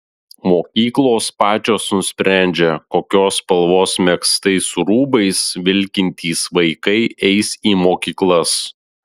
mokyklos pačios nusprendžia kokios spalvos megztais rūbais vilkintys vaikai eis į mokyklas